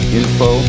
info